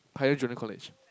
Pioneer Junior College